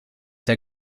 der